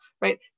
right